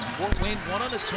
wayne won on